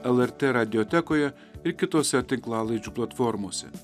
lrt radiotekoje ir kitose tinklalaidžių platformose